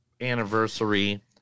anniversary